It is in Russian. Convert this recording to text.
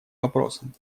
вопросам